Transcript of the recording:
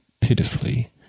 pitifully